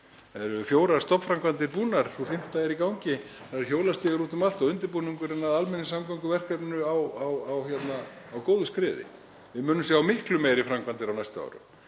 Það eru fjórar stofnframkvæmdir búnar, sú fimmta er í gangi. Það eru hjólastígar úti um allt og undirbúningurinn að almenningssamgönguverkefninu á góðu skriði. Við munum sjá miklu meiri framkvæmdir á næstu árum.